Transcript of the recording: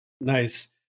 Nice